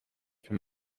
from